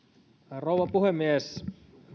rouva puhemies